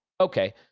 Okay